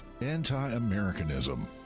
anti-Americanism